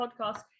podcast